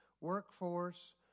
workforce